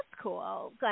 cool